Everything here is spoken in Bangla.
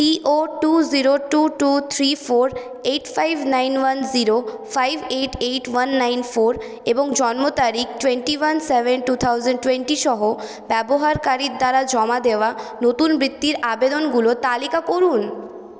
টি O two zero two two three four eight five nine one zero five eight eight one nine four এবং জন্ম তারিখ twenty one seven two thousand twenty সহ ব্যবহারকারীর দ্বারা জমা দেওয়া নতুন ব্যক্তির আবেদনগুলো তালিকা করুন